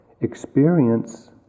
experience